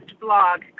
blog